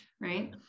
right